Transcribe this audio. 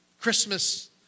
Christmas